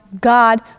God